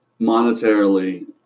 monetarily